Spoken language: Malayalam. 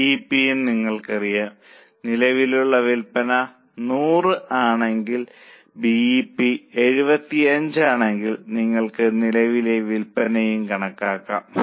ബിഇപി യും നിങ്ങൾക്ക് അറിയാം നിലവിലുള്ള വിൽപ്പന 100 ആണെങ്കിൽ ബി ഇ പി 75 ആണെങ്കിൽ നിങ്ങൾക്ക് നിലവിലെ വിൽപ്പനയും കണക്കാക്കാം